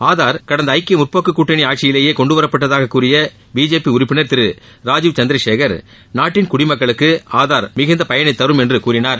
ஆதார் கடந்த ஐக்கிய முற்போக்கு கூட்டணி ஆட்சிலேயே கொண்டுவரப்பட்டதாக கூறிய பிஜேபி உறுப்பினர் திரு ராஜீவ் சந்திரசேகர் நாட்டின் குடிமக்களுக்கு ஆதார் மிகுந்த பயனைத்தரும் என்றும் கூறினார்